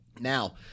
Now